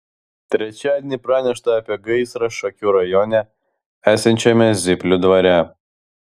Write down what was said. trečiadienį pranešta apie gaisrą šakių rajone esančiame zyplių dvare